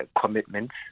commitments